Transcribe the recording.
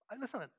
Listen